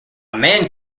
man